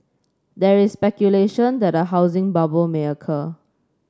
there is speculation that a housing bubble may occur